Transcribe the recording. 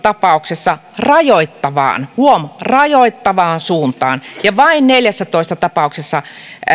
tapauksessa rajoittavaan huom rajoittavaan suuntaan ja vain neljässätoista tapauksessa